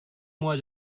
moi